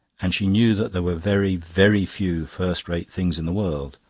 and she knew that there were very, very few first-rate things in the world,